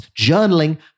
journaling